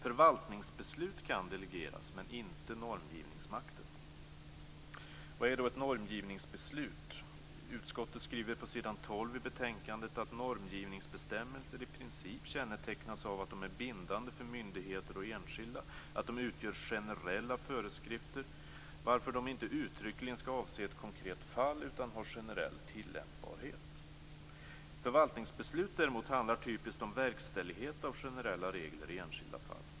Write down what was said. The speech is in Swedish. Förvaltningsbeslut kan delegeras, men inte normgivningsmakten. Vad är då ett normgivningsbeslut? Utskottet skriver på s. 12 i betänkandet att normgivningsbestämmelser i princip kännetecknas av att de är bindande för myndigheter och enskilda, att de utgör generella föreskrifter, varför de inte uttryckligen skall avse ett konkret fall utan ha generell tillämpbarhet. Förvaltningsbeslut handlar däremot typiskt om verkställighet av generella regler i enskilda fall.